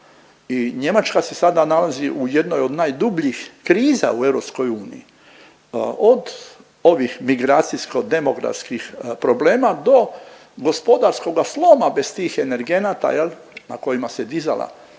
i Njemačka se sada nalazi u jednoj od najdubljih kriza u EU od ovih migracijsko demografskih problema do gospodarskoga sloma bez tih energenata jel na kojima se dizala